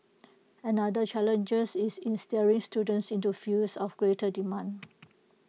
another challenges is in steering students into fields of greater demand